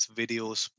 videos